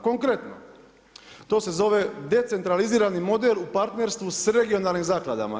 Konkretno, to se zove decentralizirani model u partnerstvu s regionalnim zakladama.